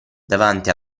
davanti